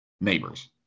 neighbors